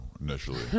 initially